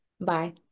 Bye